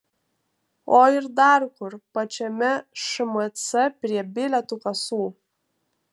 o ir dar kur pačiame šmc prie bilietų kasų